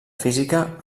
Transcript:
física